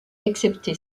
excepté